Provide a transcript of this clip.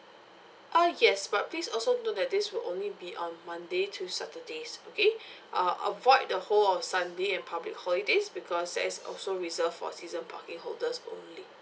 ah yes but please also note that this will only be on monday to saturdays okay uh avoid the whole of sunday and public holidays because that's also reserved for season parking holders only